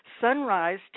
Sunrise